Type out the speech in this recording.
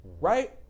right